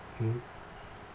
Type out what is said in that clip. mmhmm